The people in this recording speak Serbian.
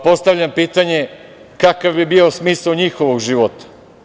Postavljam pitanje – kakav bi bio smisao njihovog života?